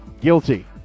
guilty